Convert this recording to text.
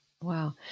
Wow